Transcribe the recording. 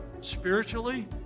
spiritually